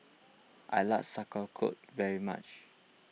I like very much